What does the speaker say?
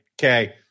okay